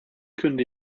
kunde